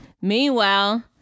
meanwhile